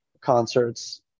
concerts